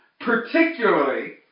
particularly